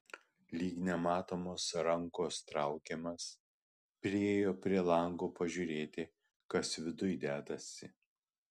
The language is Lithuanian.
lyg nematomos rankos traukiamas priėjo prie lango pažiūrėti kas viduj dedasi